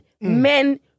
Men